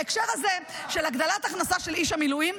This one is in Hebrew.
בהקשר הזה של הגדלת הכנסה של איש המילואים,